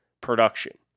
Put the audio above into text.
production